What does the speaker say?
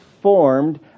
formed